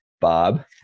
Bob